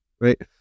Right